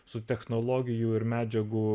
su technologijų ir medžiagų